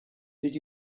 did